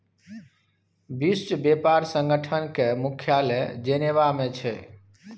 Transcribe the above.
विश्व बेपार संगठन केर मुख्यालय जेनेबा मे छै